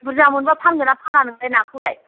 बुरजा मोनबा फानगोन ना फाना नोंलाय नाखौलाय